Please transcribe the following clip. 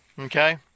Okay